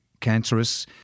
cancerous